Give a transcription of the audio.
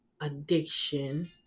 addiction